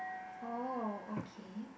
oh okay